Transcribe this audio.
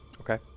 Okay